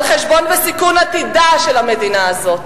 על חשבון סיכון עתידה של המדינה הזאת.